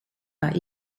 war